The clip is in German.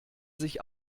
sich